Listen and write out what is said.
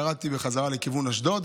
ירדתי בחזרה לכיוון אשדוד,